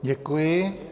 Děkuji.